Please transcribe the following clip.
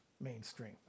Mainstream